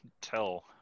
tell